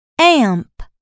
Amp